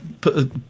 put